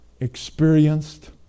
experienced